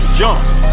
jump